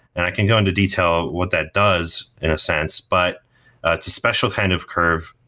and i can go into detail what that does in a sense, but it's a special kind of curve.